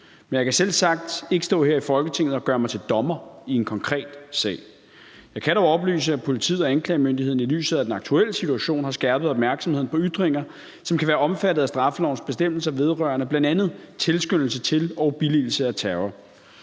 men jeg kan selvsagt ikke stå her i Folketinget og gøre mig til dommer i en konkret sag. Jeg kan dog oplyse, at politiet og anklagemyndigheden i lyset af den aktuelle situation har skærpet opmærksomheden på ytringer, som kan være omfattet af straffelovens bestemmelser vedrørende bl.a. tilskyndelse til og billigelse af terror.